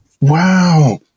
wow